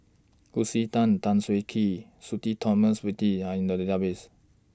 Lucy Tan Tan Siah Kwee Sudhir Thomas Vadaketh Are in The Database